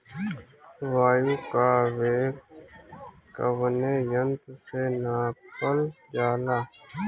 वायु क वेग कवने यंत्र से नापल जाला?